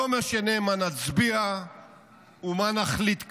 לא משנה מה נצביע ומה מחליט כאן.